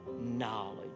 knowledge